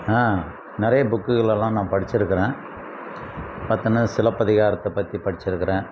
ஆ நிறைய புக்குகளெல்லாம் நான் படிச்சிருக்கிறேன் பார்த்தோன்னா சிலப்பதிகாரத்தை பற்றி படிச்சிருக்கிறேன்